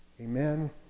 Amen